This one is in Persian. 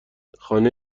خانه